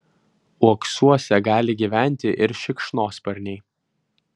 uoksuose gali gyventi ir šikšnosparniai